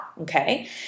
Okay